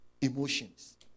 emotions